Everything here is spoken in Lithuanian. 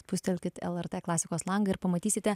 spustelkit lrt klasikos langą ir pamatysite